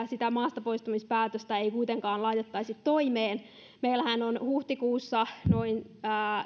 sitä maastapoistamispäätöstä ei kuitenkaan laiteta toimeen meillähän on huhtikuussa tapahtunut noin